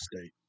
State